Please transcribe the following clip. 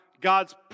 God's